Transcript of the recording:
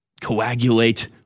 coagulate